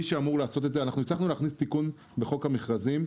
הצלחנו להכניס תיקון בחוק המכרזים,